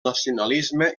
nacionalisme